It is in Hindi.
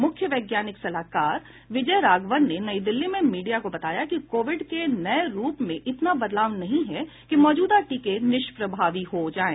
मुख्य वैज्ञानिक सलाहकार विजय राघवन ने नई दिल्ली में मीडिया को बताया कि कोविड के नये रूप में इतना बदलाव नहीं है कि मौजूदा टीके निष्प्रभावी हो जायें